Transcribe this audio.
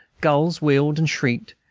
gulls wheeled and shrieked,